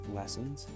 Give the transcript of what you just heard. lessons